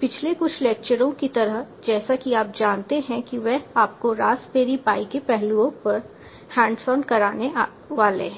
पिछले कुछ लेक्चरों की तरह जैसा कि आप जानते हैं कि वह आपको रास्पबेरी पाई के पहलुओं पर हैंड्स ऑन कराने वाले हैं